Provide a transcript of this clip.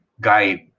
guide